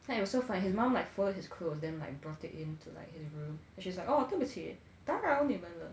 like it was so funny his mum like folded his clothes then like brought it in to his room then she's like oh 对不起打扰你们了